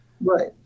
Right